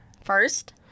first